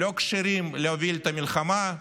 לא כשירים להוביל את המלחמה,